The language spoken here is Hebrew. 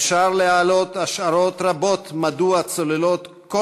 אפשר להעלות השערות רבות מדוע צוללות כל